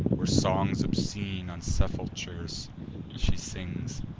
where songs obscene on sepulchers she sings.